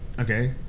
Okay